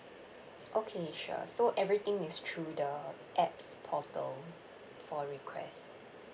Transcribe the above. okay sure so everything is through the app's portal for requests